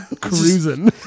cruising